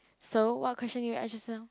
so what question did you ask just now